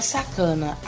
Sacana